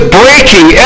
breaking